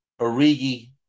Origi